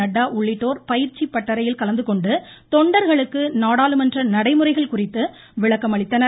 நட்டா உள்ளிட்டோர் பயிற்சி பட்டறையில் கலந்து கொண்டு தொண்டர்களுக்கு நாடாளுமன்ற நடைமுறைகள் குறித்து விளக்கமளித்தனர்